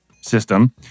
system